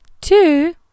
Two